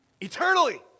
Eternally